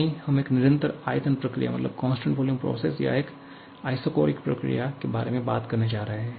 यानी हम एक निरंतर आयतन प्रक्रिया या एक आइसोकोरिक प्रक्रिया के बारे में बात करने जा रहे हैं